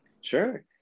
Sure